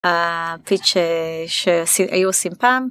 הפיצ' שהיו עושים פעם.